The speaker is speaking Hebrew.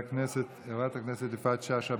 חברת הכנסת יפעת שאשא ביטון,